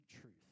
truth